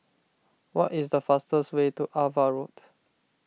what is the fastest way to Ava Road